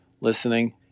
listening